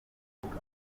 yagize